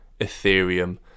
ethereum